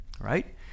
right